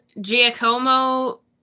Giacomo